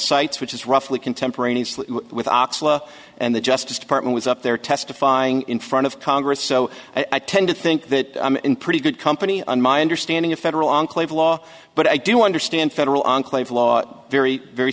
cites which is roughly contemporaneously and the justice department was up there testifying in front of congress so i tend to think that i'm in pretty good company on my understanding of federal enclave law but i do understand federal enclave a lot very very